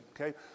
Okay